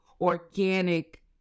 organic